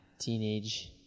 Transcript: teenage